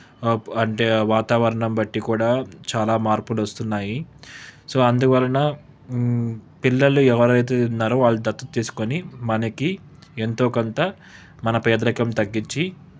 up అంటే వాతావరణం బట్టి కూడా చాలా మార్పులు వస్తున్నాయి సో అందువలన పిల్లలు ఎవరైతే ఉన్నారో వాళ్ళు దత్తత తీసుకొని మనకి ఎంతో కొంత మన పేదరికం తగ్గించి